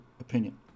opinion